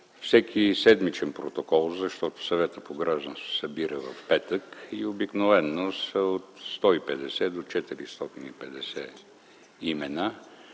Всеки седмичен протокол, защото Съветът по гражданство се събира в петък, и обикновено са от 150 до 450 имена